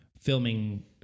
filming